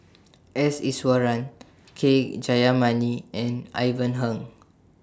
S Iswaran K Jayamani and Ivan Heng